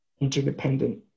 interdependent